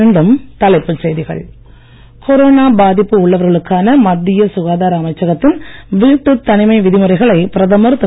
மீண்டும் தலைப்புச் செய்திகள் கொரோனா பாதிப்பு உள்ளவர்களுக்கான மத்திய சுகாதார அமைச்சகத்தின் வீட்டுத் தனிமை விதிமுறைகளை பிரதமர் திரு